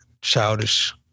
Childish